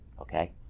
okay